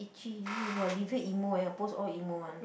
itchy !wah! Livia emo eh her post all emo one